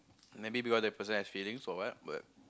maybe because that person has feelings or what but